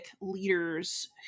leaders